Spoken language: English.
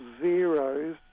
zeros